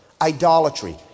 Idolatry